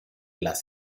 las